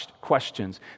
questions